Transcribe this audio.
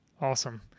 Awesome